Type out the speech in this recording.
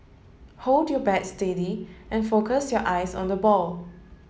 hold your bat steady and focus your eyes on the ball